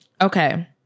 Okay